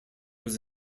was